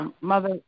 Mother